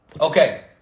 Okay